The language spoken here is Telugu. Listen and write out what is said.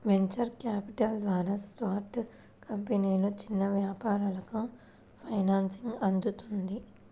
వెంచర్ క్యాపిటల్ ద్వారా స్టార్టప్ కంపెనీలు, చిన్న వ్యాపారాలకు ఫైనాన్సింగ్ అందుతుంది